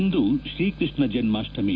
ಇಂದು Shri Krishna Janmashtami